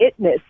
itness